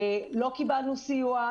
לא קיבלנו סיוע,